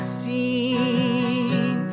seen